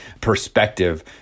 perspective